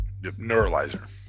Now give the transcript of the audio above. neuralizer